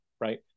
right